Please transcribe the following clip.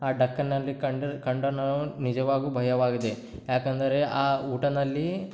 ಆ ಡಕ್ಕನ್ನಲ್ಲಿ ಕಂಡರ್ ಕಂಡನು ನಿಜವಾಗ್ಯೂ ಭಯವಾಗಿದೆ ಯಾಕೆಂದರೆ ಆ ಊಟದಲ್ಲಿ